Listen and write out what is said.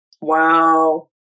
Wow